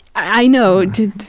i know, no,